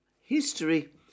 history